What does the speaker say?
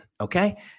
Okay